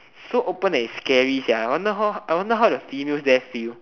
so open and it's scary sia I wonder how the females there feel